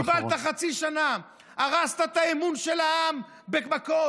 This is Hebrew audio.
קיבלת חצי שנה, הרסת את האמון של העם בכול.